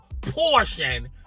portion